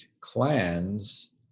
clans